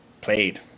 played